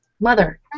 mother